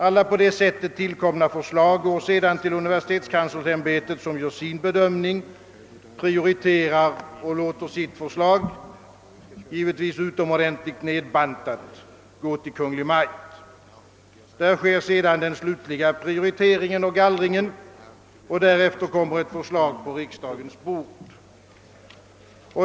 Alla på det sättet tillkomna förslag över, lämnas sedan till universitetskanslersämbetet som gör sin bedömning och prioritering och vidarebefordrar förslagen, givetvis utomordentligt nedbantade, till Kungl. Maj:t. Där sker den slutliga prioriteringen och gallringen, och därefter kommer en proposition på riksdagens bord.